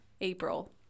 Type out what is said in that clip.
April